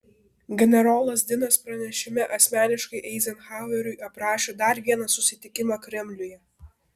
generolas dinas pranešime asmeniškai eizenhaueriui aprašė dar vieną susitikimą kremliuje